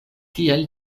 tiel